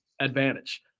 advantage